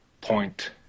point